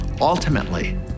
ultimately